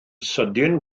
sydyn